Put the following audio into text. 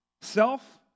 self